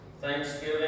Thanksgiving